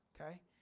Okay